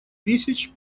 тысяч